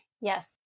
Yes